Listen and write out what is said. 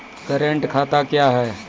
Current खाता क्या हैं?